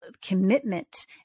commitment